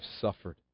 suffered